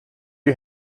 you